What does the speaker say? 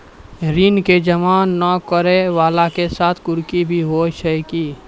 ऋण के जमा नै करैय वाला के साथ कुर्की भी होय छै कि?